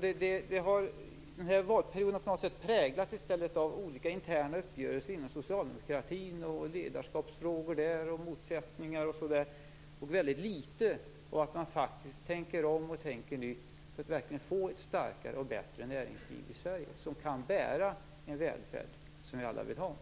I stället har den här valperioden på något sätt präglats av olika interna uppgörelser inom socialdemokratin - ledarskapsfrågor, motsättningar osv. - och väldigt litet av att man faktiskt tänkt om och tänkt nytt för att få ett starkare och bättre näringsliv i Sverige, ett näringsliv som kan bära den välfärd som vi alla vill ha.